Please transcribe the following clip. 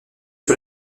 sur